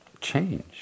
change